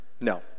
No